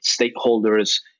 stakeholders